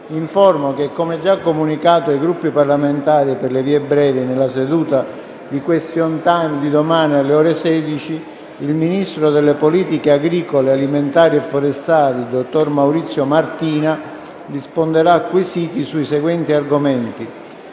Informo che, come già comunicato ai Gruppi parlamentari per le vie brevi, nella seduta di *question time* di domani, alle ore 16, il ministro delle politiche agricole alimentari e forestali, dottor Maurizio Martina, risponderà a quesiti sui seguenti argomenti: